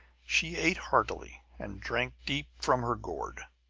she ate heartily, and drank deep from her gourd.